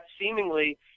seemingly